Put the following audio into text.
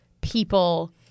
people